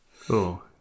Cool